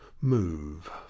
move